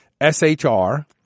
SHR